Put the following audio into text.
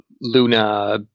Luna